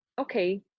okay